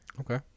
Okay